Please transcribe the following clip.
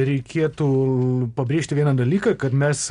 reikėtų pabrėžti vieną dalyką kad mes